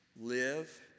live